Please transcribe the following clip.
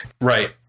Right